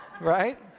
Right